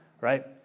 right